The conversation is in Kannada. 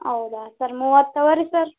ಹೌದಾ ಸರ್ ಮೂವತ್ತು ತಗೊಳಿ ಸರ್